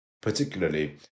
Particularly